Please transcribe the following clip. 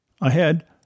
Ahead